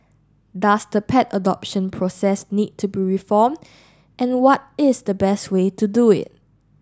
does the pet adoption process need to be reform and what is the best way to do it